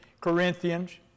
Corinthians